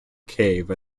cave